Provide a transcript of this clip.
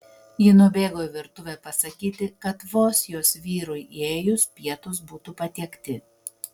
ji nubėgo į virtuvę pasakyti kad vos jos vyrui įėjus pietūs būtų patiekti